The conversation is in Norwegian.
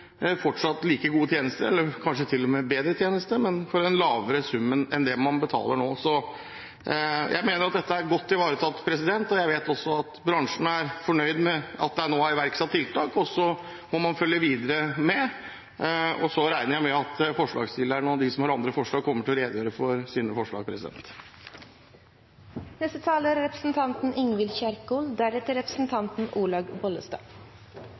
fortsatt like gode tjenester – eller kanskje til og med bedre tjenester – men for en lavere sum enn det man betaler nå. Jeg mener at dette er godt ivaretatt, og jeg vet også at bransjen er fornøyd med at det nå er iverksatt tiltak, så må man følge videre med. Så regner jeg med at forslagsstillerne og de som har andre forslag, kommer til å redegjøre for sine forslag.